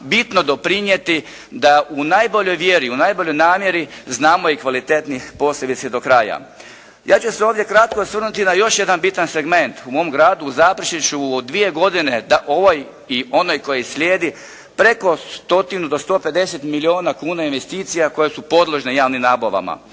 bitno doprinijeti da u najboljoj vjeri, u najboljoj namjeri, znamo i kvalitetnih posljedica do kraja. Ja ću se ovdje kratko osvrnuti na još jedan bitan segment. U mom gradu, u Zaprešiću od 2 godine ovaj i onaj koji slijedi, preko 100 do 150 milijuna kuna investicija koje su podložne javnim nabavama.